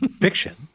fiction